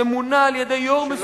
שמונה על-ידי יושב-ראש מסוים,